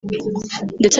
ndetse